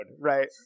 right